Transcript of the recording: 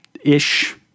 ish